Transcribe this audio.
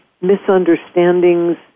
misunderstandings